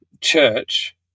church